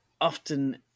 often